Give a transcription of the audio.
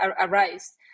arise